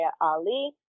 Ali